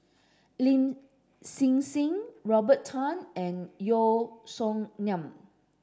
Lin Hsin Hsin Robert Tan and Yeo Song Nian